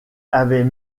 avaient